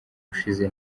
ushize